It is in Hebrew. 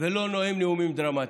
ולא נואם נאומים דרמטיים,